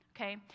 okay